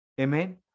amen